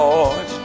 Lord